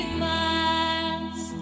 miles